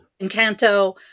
Encanto